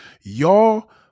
Y'all